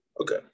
Okay